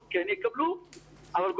ואכן הציפייה שגם הרשויות המקומיות בסוגיה הזאת